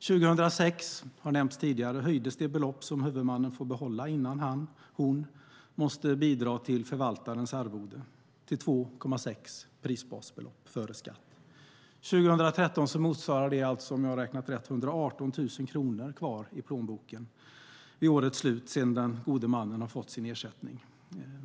År 2006 - det har nämnts tidigare - höjdes det belopp som huvudmannen får behålla innan han eller hon måste bidra till förvaltarens arvode till 2,6 prisbasbelopp före skatt. År 2013 motsvarar det, om jag har räknat rätt, 118 000 kronor kvar i plånboken vid årets slut sedan den gode mannen har fått sin ersättning.